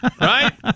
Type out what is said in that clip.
Right